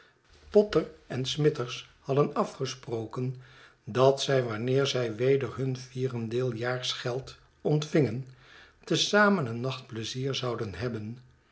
potter en smithers hadden afgesproken dat zij wanneer zij weder hun vierendeeljaarsgeld ontvingen te zamen een nacht pleizier zouden hebben